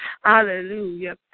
Hallelujah